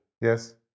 Yes